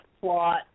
plot